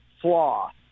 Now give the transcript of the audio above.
flaw